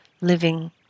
living